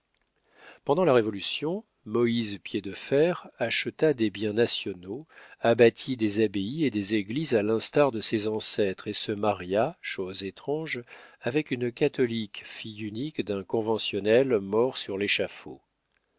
pendant la révolution moïse piédefer acheta des biens nationaux abattit des abbayes et des églises à l'instar de ses ancêtres et se maria chose étrange avec une catholique fille unique d'un conventionnel mort sur